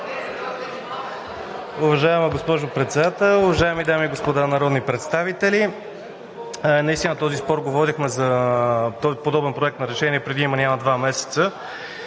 Уважаема госпожо Председател, уважаеми дами и господа народни представители! Наистина този спор го водихме за… този подобен Проект на решение преди има-няма два месеца